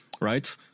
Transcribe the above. right